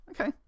Okay